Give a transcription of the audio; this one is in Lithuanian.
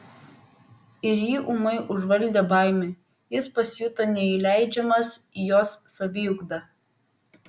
ir jį ūmai užvaldė baimė jis pasijuto neįleidžiamas į jos saviugdą